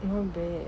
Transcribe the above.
mmhmm